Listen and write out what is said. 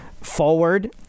forward